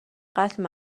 قتل